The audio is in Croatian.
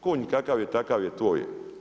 Konj kakav je takav je, tvoj je.